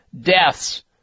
Deaths